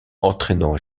entraînant